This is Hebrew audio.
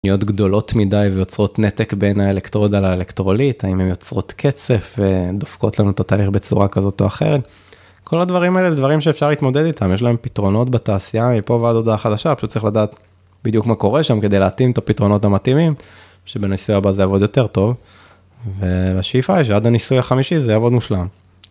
בניות גדולות מדי ויוצרות נתק בין האלקטרודה לאלקטרוליט, האם הן יוצרות קצף ודופקות לנו את התהליך בצורה כזאת או אחרת. כל הדברים האלה זה דברים שאפשר להתמודד איתם, יש להם פתרונות בתעשייה, מפה ועד עוד חדשה, פשוט צריך לדעת בדיוק מה קורה שם כדי להתאים את הפתרונות המתאימים, שבניסוי הבא זה יעבוד יותר טוב, והשאיפה היא שעד הניסוי החמישי זה יעבוד מושלם.